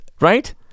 right